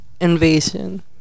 invasion